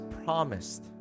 promised